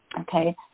okay